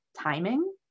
timing